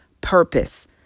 purpose